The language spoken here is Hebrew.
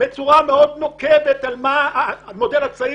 בצורה מאוד נוקבת על מה שהמודל הצעיר